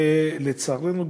לצערנו,